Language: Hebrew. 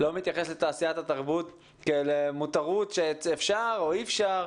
ולא מתייחס לתעשיית התרבות כאל מותרות שאפשר או אי אפשר.